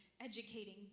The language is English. educating